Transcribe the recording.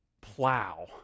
plow